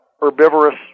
herbivorous